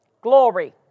Glory